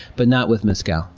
but not with mezcal.